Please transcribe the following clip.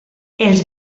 els